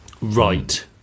Right